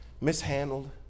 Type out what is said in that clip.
mishandled